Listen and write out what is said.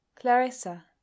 Clarissa